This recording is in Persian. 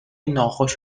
ناخوش